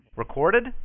Recorded